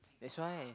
that's why